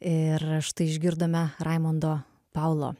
ir štai išgirdome raimundo paulo